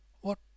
What